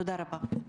תודה רבה.